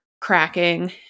cracking